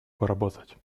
поработать